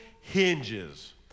hinges